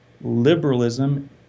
liberalism